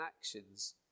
actions